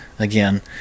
again